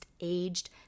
aged